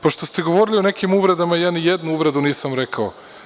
Pošto ste govorili o nekim uvredama, ja ni jednu uvredu nisam rekao.